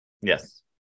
Yes